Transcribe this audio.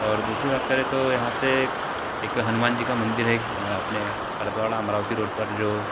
और दूसरी बात करें तो यहाँ से एक हनुमान जी का मंदिर है एक अपने परतवाड़ा अमरावती रोड पर जो